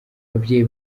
ababyeyi